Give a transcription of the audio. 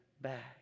back